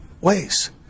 ways